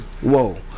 Whoa